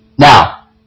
Now